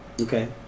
Okay